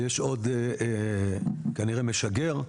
ויש עוד כנראה משגר.